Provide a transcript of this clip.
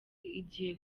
igiye